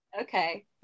okay